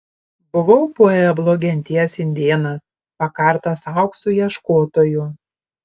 buvau pueblo genties indėnas pakartas aukso ieškotojų